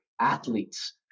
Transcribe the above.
athletes